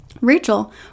Rachel